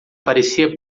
parecia